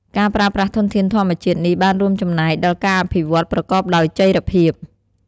ការប្រើប្រាស់ធនធានធម្មជាតិនេះបានរួមចំណែកដល់ការអភិវឌ្ឍន៍ប្រកបដោយចីរភាព។